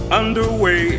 underway